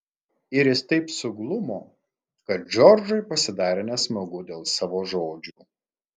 iris taip suglumo kad džordžui pasidarė nesmagu dėl savo žodžių